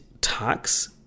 tax